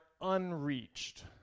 unreached